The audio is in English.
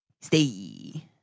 Stay